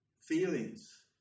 feelings